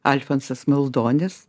alfonsas maldonis